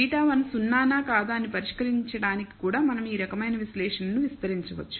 β0 0 నా కాదా అని పరీక్షించడానికి కూడా మనం ఈ రకమైన విశ్లేషణను విస్తరించవచ్చు